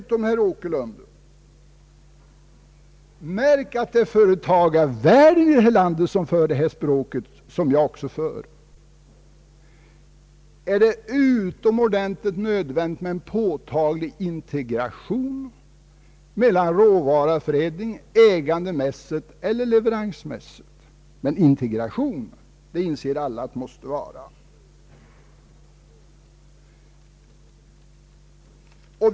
Till herr Åkerlund skulle jag vilja säga — och märk att det är företagarvärlden i detta land som för det här språket som jag också för — att det är utomordentligt nödvändigt med en påtaglig integration med råvaruförädlingen, ägandemässigt eller leveransmässigt, men en integration måste det enligt allas mening bli.